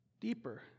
deeper